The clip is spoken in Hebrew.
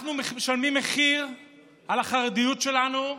אנחנו משלמים מחיר על החרדיות שלנו.